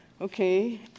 Okay